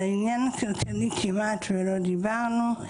על העניין הכלכלי כמעט ולא דיברנו.